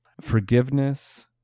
Forgiveness